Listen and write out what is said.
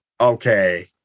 okay